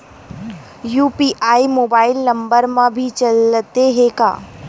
UPI mobile number मा भी चलते हे का?